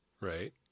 Right